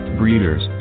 breeders